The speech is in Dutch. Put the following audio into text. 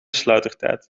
sluitertijd